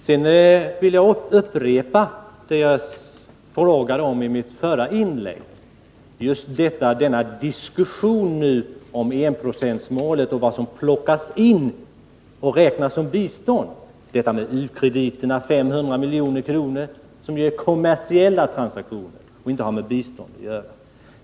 Sedan vill jag upprepa det som jag frågade om i mitt förra inlägg och som gällde diskussionen om enprocentsmålet och om vad som skall plockas in där och alltså räknas som bistånd. U-krediterna på 500 milj.kr. är ju kommersiella transaktioner och har inte med bistånd att göra.